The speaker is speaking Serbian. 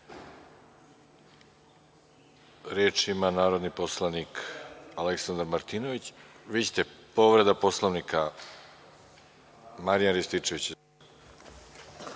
ima narodni poslanik Aleksandar Martinović. Vi ćete? Povreda Poslovnika, Marijan Rističević.